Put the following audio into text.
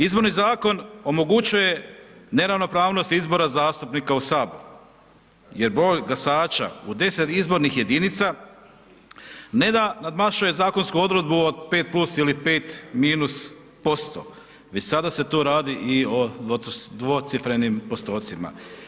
Izborni zakon omogućuje neravnopravnost izbora zastupnika u HS jer broj glasača u 10 izbornih jedinica ne da nadmašuje zakonsku odredbu od 5+ ili 5-%, već sada se tu radi i o dvocifrenim postocima.